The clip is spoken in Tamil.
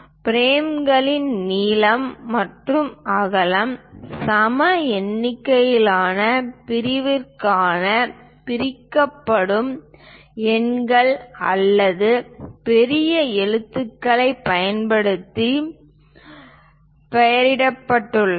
பிரேம்களின் நீளம் மற்றும் அகலம் சம எண்ணிக்கையிலான பிரிவுகளாகப் பிரிக்கப்பட்டு எண்கள் அல்லது பெரிய எழுத்துக்களைப் பயன்படுத்தி பெயரிடப்பட்டுள்ளன